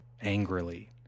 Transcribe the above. angrily